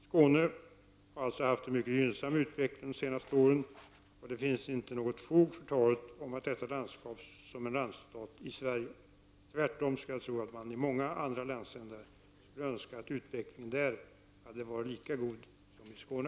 Skåne har alltså haft en mycket gynnsam utveckling de senaste åren, och det finns inte något fog för talet om detta landskap som en ”randstat” i Sverige. Tvärtom skulle jag tro att man i många andra landsändar skulle önska att utvecklingen där hade varit lika god som i Skåne.